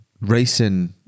racing